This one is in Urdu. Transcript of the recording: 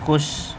خوش